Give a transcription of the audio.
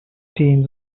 teens